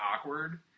awkward